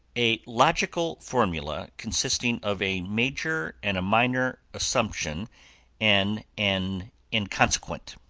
a logical formula consisting of a major and a minor assumption and an inconsequent.